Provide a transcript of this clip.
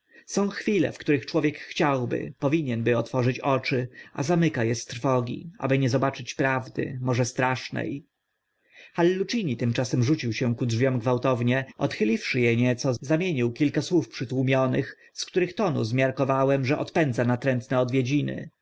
są chwile w których człowiek chciałby powinien by otworzyć oczy a zamyka e z trwogi aby nie zobaczyć prawdy może straszne hallucini tymczasem rzucił się ku drzwiom gwałtownie odchyliwszy e nieco zamienił kilka słów przytłumionych z których tonu zmiarkowałem że odpędza natrętne odwiedziny